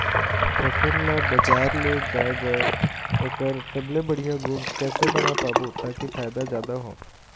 फसल ला बजार ले जाए बार ओकर सबले बढ़िया गुण कैसे बना पाबो ताकि फायदा जादा हो?